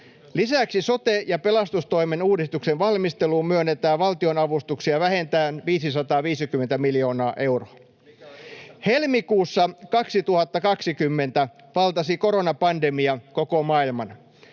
Lisäksi sote- ja pelastustoimen uudistuksen valmisteluun myönnetään valtionavustuksia vähintään 550 miljoonaa euroa. [Petri Huru: Mikä on riittämätöntä!] Helmikuussa 2020 valtasi koronapandemia koko maailman.